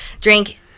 drink